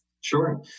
Sure